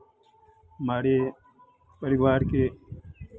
हमारे परिवार के